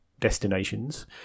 destinations